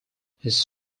his